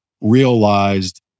realized